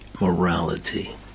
morality